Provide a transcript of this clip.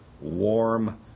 warm